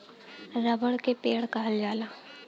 रबड़ के पेड़ कहल जाला